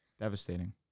Devastating